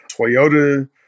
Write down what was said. Toyota